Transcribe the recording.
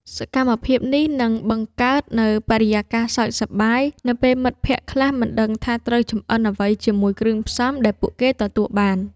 សកម្មភាពនេះនឹងបង្កើតនូវបរិយាកាសសើចសប្បាយ នៅពេលមិត្តភក្តិខ្លះមិនដឹងថាត្រូវចម្អិនអ្វីជាមួយគ្រឿងផ្សំដែលពួកគេទទួលបាន។